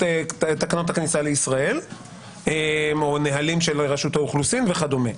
תקנות הכניסה לישראל או נהלים של רשות האוכלוסין וכדומה.